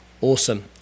Awesome